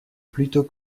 plutôt